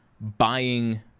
buying